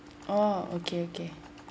oh okay okay